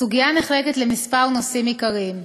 הסוגיה נחלקת לכמה נושאים עיקריים: